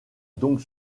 donc